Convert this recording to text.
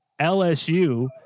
LSU